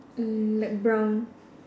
mm like brown